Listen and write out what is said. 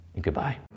Goodbye